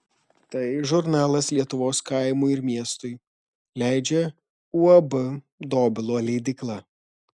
tai žurnalas lietuvos kaimui ir miestui leidžia uab dobilo leidykla